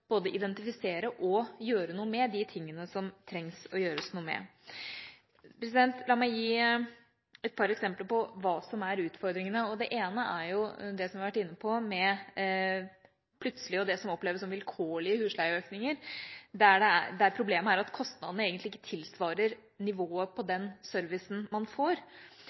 identifisere og gjøre noe med de tingene som det trengs å gjøres noe med. La meg gi et par eksempler på hva som er utfordringene. Det ene er det vi har vært inne på med det som plutselig oppleves som vilkårlige husleieøkninger, der problemet er at kostnadene egentlig ikke tilsvarer nivået på den servicen man får.